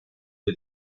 del